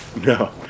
No